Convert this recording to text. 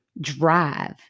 drive